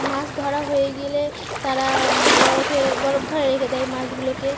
মাছ ধরা হয়ে গেলে তারা বরফে বরফ ঘরে রেখে দেয় মাছগুলোকে